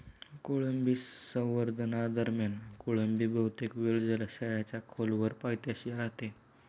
कोळंबी संवर्धनादरम्यान कोळंबी बहुतेक वेळ जलाशयाच्या खोलवर पायथ्याशी राहते